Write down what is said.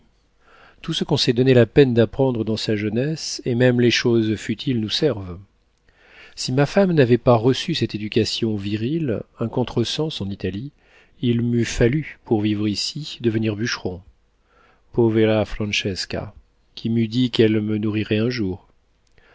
tout ce qu'on s'est donné la peine d'apprendre dans sa jeunesse et même les choses futiles nous servent si ma femme n'avait pas reçu cette éducation virile un contre-sens en italie il m'eût fallu pour vivre ici devenir bûcheron povera francesca qui m'eût dit qu'elle me nourrirait un jour